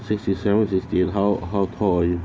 sixty seven sixty eight how how tall are you